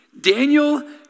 Daniel